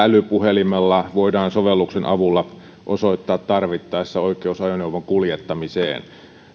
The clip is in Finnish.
älypuhelimella voidaan sovelluksen avulla osoittaa tarvittaessa oikeus ajoneuvon kuljettamiseen